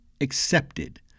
accepted